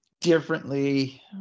differently